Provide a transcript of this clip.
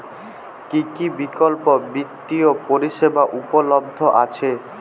কী কী বিকল্প বিত্তীয় পরিষেবা উপলব্ধ আছে?